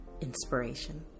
Inspiration